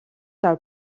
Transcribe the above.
del